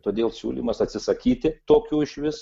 todėl siūlymas atsisakyti tokių išvis